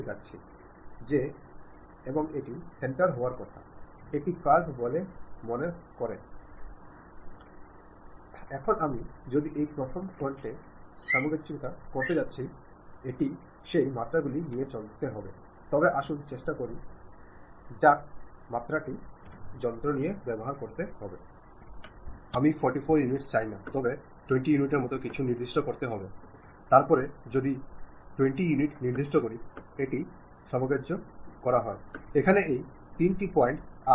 കാരണം നിങ്ങൾ ടീമായി ഒരു ഓർഗനൈസേഷനിൽ പ്രവർത്തിക്കുന്നു ഓർഗനൈസേഷന്റെ എല്ലാ ജീവനക്കാരും അവരവരുടെ റോളുകൾ വ്യത്യസ്തമാണെങ്കിലും അവയെല്ലാം ഒരു നിർദ്ദിഷ്ട ഉദ്ദേശ്യത്തിനായി പ്രവർത്തിക്കുന്നു ഉദ്ദേശ്യം വ്യക്തമാകുമ്പോൾ ഉദ്ദേശ്യം നിർദ്ദിഷ് ടമാകുമ്പോൾ നിങ്ങൾ ചില വിശ്വാസത്തിന് വിരുദ്ധമോ അല്ലെങ്കിൽ മതതത്ത്വസംഹിതയ്ക്ക് വിരുദ്ധമോ ആയ എന്തെങ്കിലും സംസാരിക്കുന്നില്ലെന്ന് ഉറപ്പാക്കേണ്ടതുണ്ട്